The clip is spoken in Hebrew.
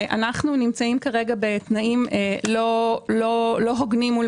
אנחנו נמצאים בתנאים לא הוגנים מול